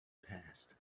passed